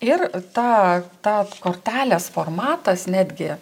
ir tą tą kortelės formatas netgi